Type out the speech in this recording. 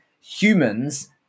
Humans